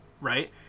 right